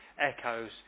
echoes